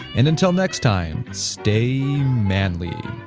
and until next time stay manly